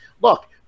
look